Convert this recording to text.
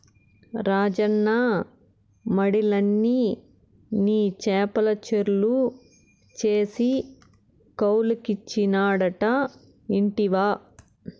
రాజన్న మడిలన్ని నీ చేపల చెర్లు చేసి కౌలుకిచ్చినాడట ఇంటివా